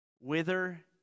whither